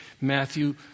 Matthew